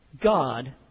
God